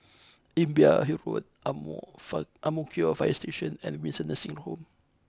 Imbiah Hill Road Ang Mo fine Ang Mo Kio Fire Station and Windsor Nursing Home